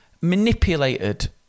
manipulated